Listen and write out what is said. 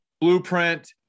blueprint